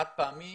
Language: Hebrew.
חד-פעמי